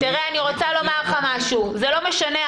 זה לא משנה.